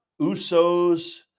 Usos